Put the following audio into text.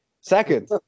Second